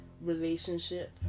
relationship